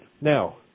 Now